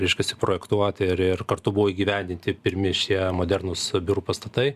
reiškias suprojektuoti ir ir kartu buvo įgyvendinti pirmi šie modernūs biurų pastatai